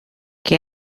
che